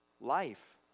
life